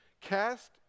Cast